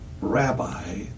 rabbi